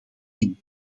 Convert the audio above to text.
hiermee